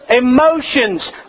emotions